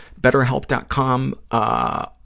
betterhelp.com